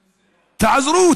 תעזרו,